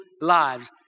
lives